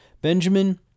Benjamin